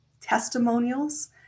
testimonials